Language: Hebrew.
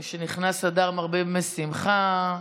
משנכנס אדר מרבים בשמחה.